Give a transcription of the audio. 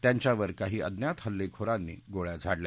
त्यांच्यावर काही अज्ञात हल्लेखोरांनी गोळ्या झाडल्या